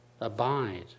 abide